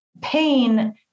pain